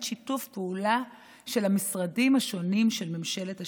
שיתוף פעולה של המשרדים השונים של ממשלת השינוי.